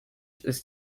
ist